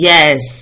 Yes